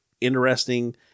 interesting